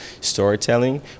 storytelling